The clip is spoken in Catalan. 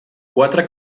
quatre